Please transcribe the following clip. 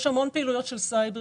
יש המון פעילויות של סייבר.